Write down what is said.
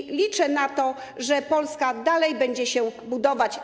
I liczę na to, że Polska dalej będzie się budować.